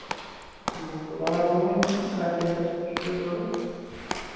بِلکُل آ روم ہَے میلہِ کَتھ ڈیٹَس پیٚٹھ چھُو تۄہہِ ضروٗرت